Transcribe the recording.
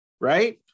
right